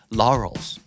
laurels